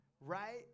right